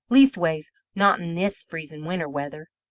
leastways, not in this freezing winter weather.